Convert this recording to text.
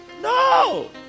No